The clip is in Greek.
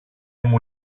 μου